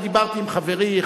דיברתי עם חברי,